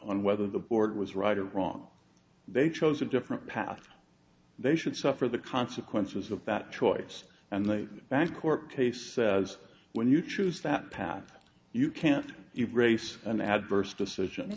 on whether the board was right or wrong they chose a different path they should suffer the consequences of that choice and the bancorp case when you choose that path you can't even race an adverse decision